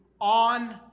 on